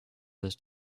this